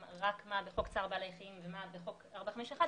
רק מה בחוק צער בעלי חיים ומה בסעיף 451,